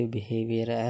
Behavior